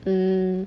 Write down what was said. mm